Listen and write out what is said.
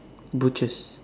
butchers